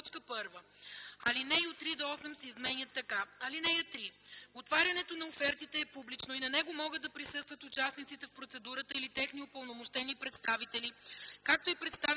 „(3) Отварянето на офертите е публично и на него могат да присъстват участниците в процедурата или техни упълномощени представители, както и представители на